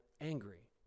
angry